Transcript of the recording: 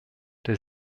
der